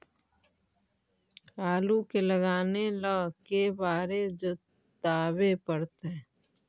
आलू के लगाने ल के बारे जोताबे पड़तै?